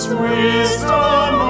wisdom